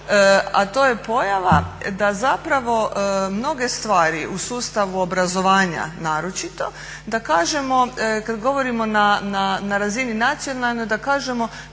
a to je pojava da zapravo mnoge stvari u sustavu obrazovanja naročito da kažemo kada govorimo na razini nacionalne, da kažemo